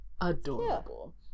adorable